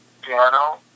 piano